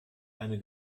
eine